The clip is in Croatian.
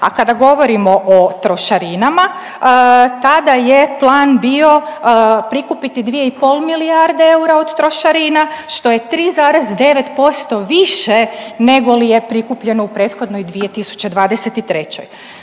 A kada govorimo o trošarinama tada je plan bio prikupiti 2,5 milijarde eura od trošarina, što je 3,9% više negoli je prikupljeno u prethodnoj 2023.,